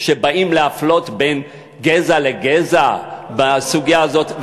שבאים להפלות בין גזע לגזע בסוגיה הזאת.